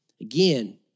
Again